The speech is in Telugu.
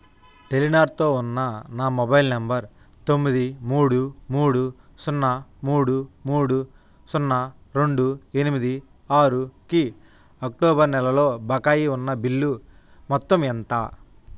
టెలినార్తో ఉన్న నా మొబైల్ నంబర్ తొమ్మిది మూడు మూడు సున్నా మూడు మూడు సున్నా రెండు ఎనిమిది ఆరుకి అక్టోబర్ నెలలో బకాయి ఉన్న బిల్లు మొత్తం ఎంత